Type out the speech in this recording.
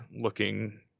looking